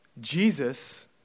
Jesus